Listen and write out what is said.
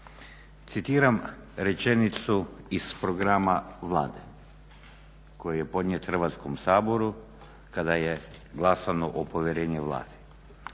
Citiram rečenicu iz programa Vlade koji je podnijet Hrvatskom saboru kada je glasano o povjerenju Vladi.